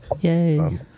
Yay